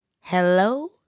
Hello